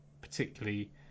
particularly